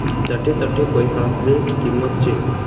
जठे तठे पैसासले किंमत शे